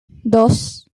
dos